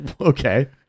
okay